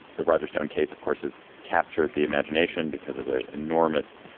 the roger stone case, of course, has captured the imagination because of the enormous